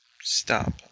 Stop